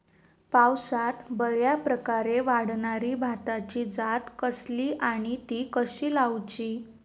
पावसात बऱ्याप्रकारे वाढणारी भाताची जात कसली आणि ती कशी लाऊची?